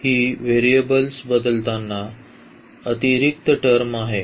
ही variables बदलतांना अतिरिक्त term आहे